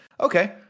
Okay